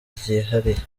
ryihariye